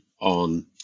on